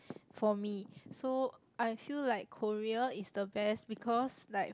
for me so I feel like Korea is the best because like